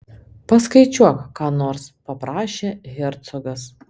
paskaičiuok ką nors paprašė hercogas